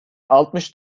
altmış